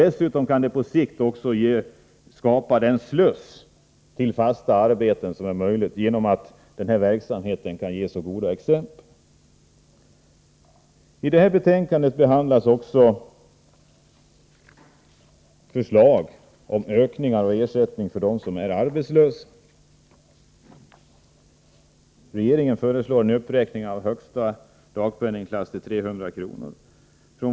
Dessutom kan det på sikt också skapa en sluss till fasta arbeten, genom att verksamheten ger goda erfarenheter. I detta betänkande behandlas också förslag om ökningar av ersättningen till dem som är arbetslösa. Regeringen föreslår en uppräkning av dagpenningens högsta belopp till 300 kr.